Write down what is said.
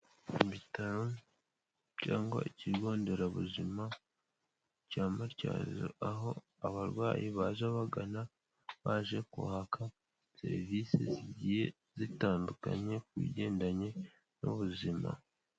Mu bitaro cyangwa ikigo nderabuzima cya Matyazo aho abarwayi baza bagana, baje kuhaka serivisi zigiye zitandukanye ku bigendanye n'ubuzima.